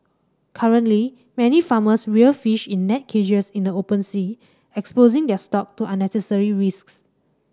currently many farmers rear fish in net cages in the open sea exposing their stock to unnecessary risks